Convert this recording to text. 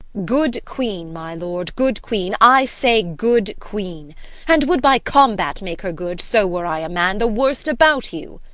good queen, my lord, good queen i say, good queen and would by combat make her good, so were i a man, the worst about you.